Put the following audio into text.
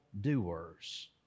doers